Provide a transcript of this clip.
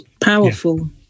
Powerful